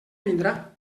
vindrà